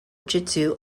jitsu